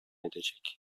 edecek